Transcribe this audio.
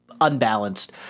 unbalanced